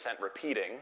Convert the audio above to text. repeating